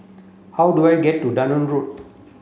how do I get to Durham Road